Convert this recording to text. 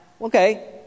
okay